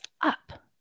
up